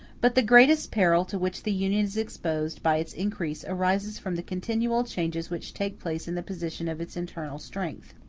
but the greatest peril to which the union is exposed by its increase arises from the continual changes which take place in the position of its internal strength.